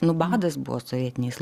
badas buvo sovietiniais